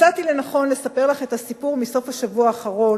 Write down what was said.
מצאתי לנכון לספר לך את הסיפור מסוף השבוע האחרון,